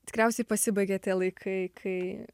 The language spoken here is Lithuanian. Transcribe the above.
tikriausiai pasibaigė tie laikai kai